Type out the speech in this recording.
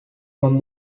from